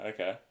Okay